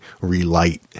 Relight